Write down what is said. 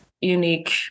unique